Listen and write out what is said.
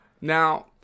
Now